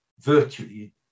virtually